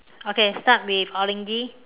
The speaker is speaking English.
okay start with orange